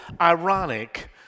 ironic